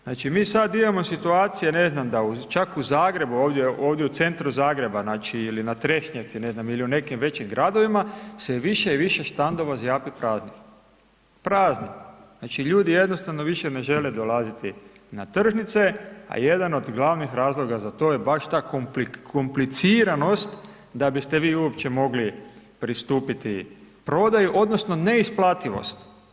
Znači, mi sad imamo sad situacije, ne znam, da u, čak u Zagrebu, ovdje u centru Zagreba, znači, ili na Trešnjevci, ne znam, ili u nekim većim gradovima, sve više i više štandova zjapi praznih, prazni, znači, ljudi jednostavno više ne žele dolaziti na tržnice, a jedan od glavnih razloga za to je baš ta kompliciranost da biste vi uopće mogli pristupiti prodaji, odnosno neisplativost.